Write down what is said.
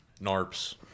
NARPs